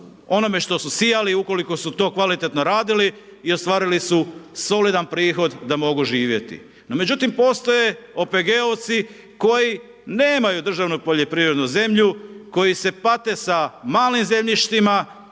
onome što sijali ukoliko su to kvalitetno radili i ostvarili su solidan prihod da mogu živjeti. No međutim, postoje OPG-ovici koji nemaju državnu poljoprivrednu zemlju, koji se pate sa malim zemljištima